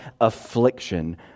affliction